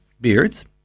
beards